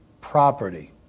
property